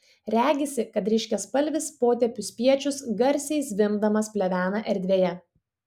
regisi kad ryškiaspalvis potėpių spiečius garsiai zvimbdamas plevena erdvėje